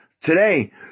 Today